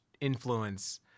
influence